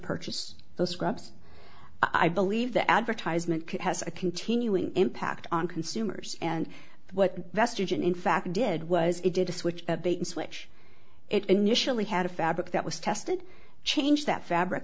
purchase those scripts i believe the advertisement has a continuing impact on consumers and what vestige and in fact it did was it did a switch a bait and switch it initially had a fabric that was tested changed that fabric